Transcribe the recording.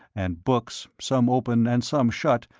and books, some open and some shut,